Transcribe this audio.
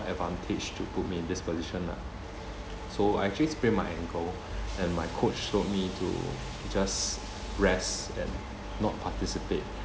advantage to put me in this position lah so I actually sprained my ankle and my coach told me to just rest and not participate